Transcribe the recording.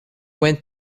went